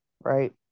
right